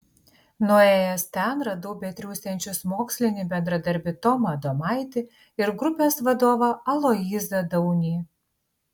nuėjęs ten radau betriūsiančius mokslinį bendradarbį tomą adomaitį ir grupės vadovą aloyzą daunį